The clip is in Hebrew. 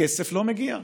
הכסף לא מגיע.